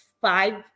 five